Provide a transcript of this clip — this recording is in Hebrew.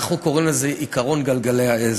אנחנו קוראים לזה עקרון גלגלי העזר.